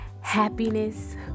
happiness